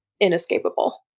inescapable